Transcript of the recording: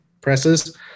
presses